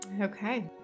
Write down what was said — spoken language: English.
Okay